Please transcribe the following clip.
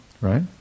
Right